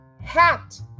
hat